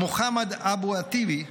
מוחמד אבו עטיווי,